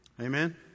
Amen